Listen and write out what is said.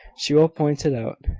she will point it out.